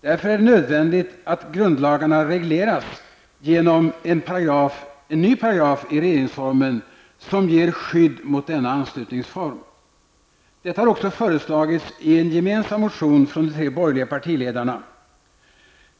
Därför är det nödvändigt att grundlagarna regleras genom en ny paragraf i regeringsformen som ger skydd mot denna anslutningsform. Detta har också föreslagits i en gemensam motion från de tre borgerliga partiledarna.